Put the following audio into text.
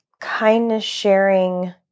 kindness-sharing